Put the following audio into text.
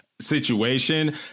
situation